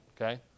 okay